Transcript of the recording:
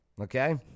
okay